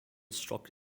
struck